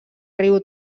riu